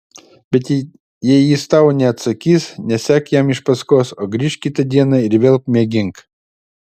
bet jei jis tau neatsakys nesek jam iš paskos o grįžk kitą dieną ir vėl mėgink